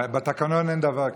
בתקנון אין דבר כזה.